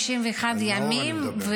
451 ימים,